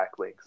backlinks